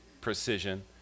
precision